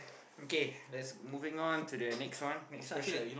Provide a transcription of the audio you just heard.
okay let's moving on to the next one next question